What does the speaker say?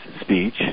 speech